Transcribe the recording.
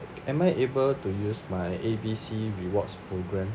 am I able to use my A B C rewards program